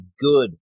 good